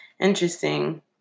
Interesting